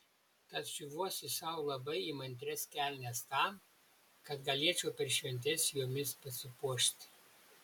tad siuvuosi sau labai įmantrias kelnes tam kad galėčiau per šventes jomis pasipuošti